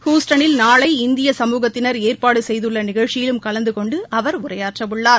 ஹூஸ்டனில் நாளை இந்திய சமூகத்தினர் ஏற்பாடு செய்துள்ள நிகழ்ச்சியிலும் கலந்து கொண்டு அவர் உரையாற்றவுள்ளார்